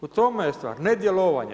U tome je stvar, nedjelovanje.